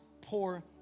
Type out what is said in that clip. poor